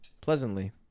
pleasantly